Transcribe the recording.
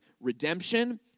redemption